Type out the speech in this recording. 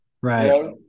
Right